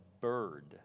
bird